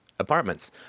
apartments